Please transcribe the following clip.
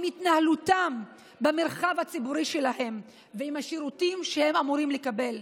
את התנהלותם במרחב הציבורי שלהם ואת השירותים שהם אמורים לקבל.